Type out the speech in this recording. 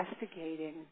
investigating